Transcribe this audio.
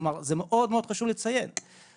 מאוד מאוד חשוב לציין את זה.